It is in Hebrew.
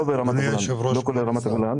לא כולל את רמת הגולן.